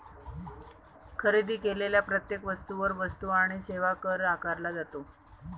खरेदी केलेल्या प्रत्येक वस्तूवर वस्तू आणि सेवा कर आकारला जातो